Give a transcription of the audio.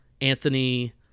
Anthony